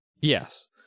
yes